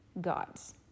God's